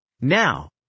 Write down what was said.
Now